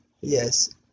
Yes